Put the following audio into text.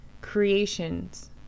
creations